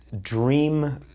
dream